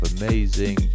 amazing